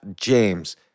James